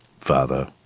father